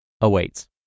awaits